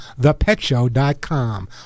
thepetshow.com